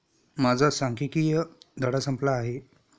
माझा सांख्यिकीय धडा संपला आहे